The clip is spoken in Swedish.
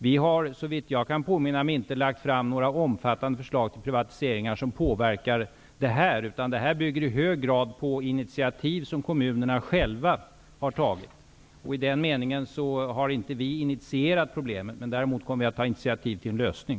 Vi har såvitt jag kan påminna mig inte lagt fram några omfattande förslag till privatisering som påverkar rättssäkerheten. Problemet bygger i hög grad på initiativ som kommunerna själva har tagit. I den meningen har inte vi initierat problemet. Däremot kommer vi att ta initiativ till en lösning.